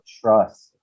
trust